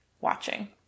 watching